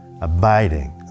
Abiding